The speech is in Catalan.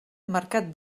mercat